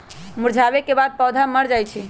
मुरझावे के बाद पौधा मर जाई छई